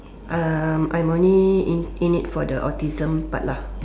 I'm only in in it for the autism part